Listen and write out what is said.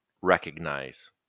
Recognize